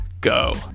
go